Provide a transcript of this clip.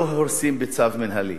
לא הורסים בצו מינהלי,